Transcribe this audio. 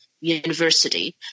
university